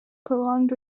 prolonged